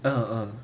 um um